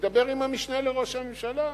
שידבר עם המשנה לראש הממשלה,